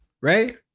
Right